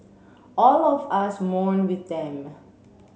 all of us mourn with them